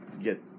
get